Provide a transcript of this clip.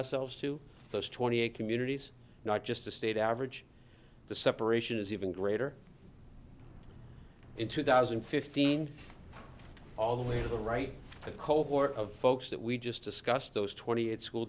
ourselves to those twenty eight communities not just the state average the separation is even greater in two thousand and fifteen all the way to the right cold war of folks that we just discussed those twenty eight school